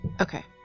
Okay